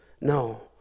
No